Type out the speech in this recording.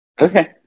Okay